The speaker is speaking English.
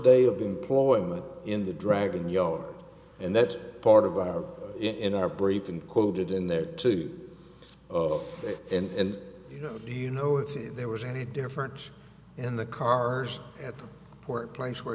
day of employment in the dragon yard and that's part of our in our brief included in the two of and you know you know if there was any difference in the cars at the workplace where